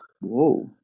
Whoa